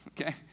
okay